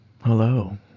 Hello